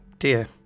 Dear